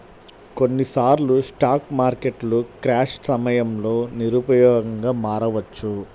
కొన్నిసార్లు స్టాక్ మార్కెట్లు క్రాష్ సమయంలో నిరుపయోగంగా మారవచ్చు